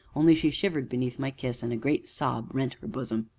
only she shivered beneath my kiss, and a great sob rent her bosom.